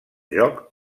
joc